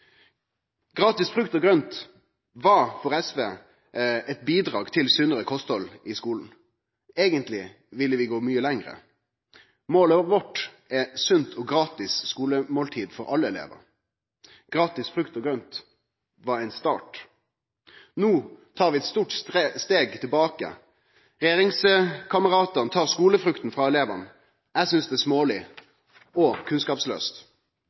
frukt og grønt var for SV eit bidrag til sunnare kosthald i skulen. Eigentleg ville vi gå mykje lenger. Målet vårt er sunt og gratis skulemåltid for alle elevar. Gratis frukt og grønt var ein start. No tar vi eit stort steg tilbake. Regjeringskameratane tar skulefrukta frå elevane. Eg synest det er småleg og kunnskapslaust,